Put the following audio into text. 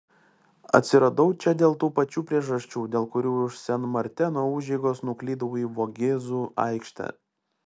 atsiradau čia dėl tų pačių priežasčių dėl kurių iš sen marteno užeigos nuklydau į vogėzų aikštę